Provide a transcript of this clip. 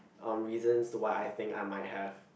um reasons to why I think I might have